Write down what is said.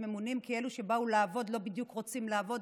שממונים כי אלו שבאו לעבוד לא בדיוק רוצים לעבוד,